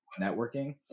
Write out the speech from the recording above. networking